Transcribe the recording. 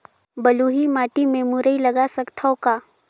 बलुही माटी मे मुरई लगा सकथव का?